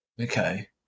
Okay